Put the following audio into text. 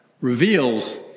reveals